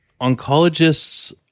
Oncologists